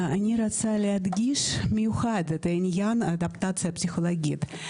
אני רוצה להדגיש במיוחד את העניין אדפטציה פסיכולוגית,